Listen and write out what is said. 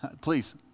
Please